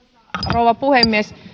rouva puhemies